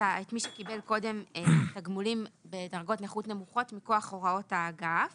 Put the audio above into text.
מי שקיבל קודם תגמולים בדרגות נכות נמוכות מכוח הוראות האגף